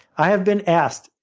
i have been asked.